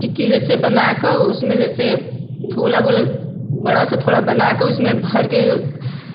टिक्की जैसे बनाकर उसमें जैसे गोला गोला बड़ा सा थोड़ा बनाके उसमें भरके